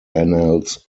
annals